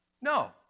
no